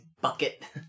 bucket